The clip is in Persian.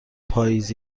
پاییز